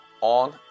on